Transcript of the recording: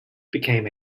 became